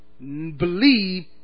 believe